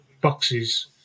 boxes